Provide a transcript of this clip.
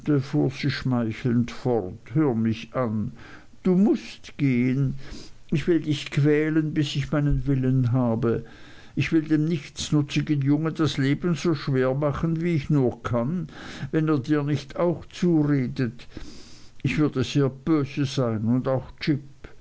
mich an du mußt gehen ich will dich quälen bis ich meinen willen habe ich will dem nichtsnutzigen jungen das leben so schwer machen wie ich nur kann wenn er dir nicht auch zuredet ich würde sehr böse sein und auch jip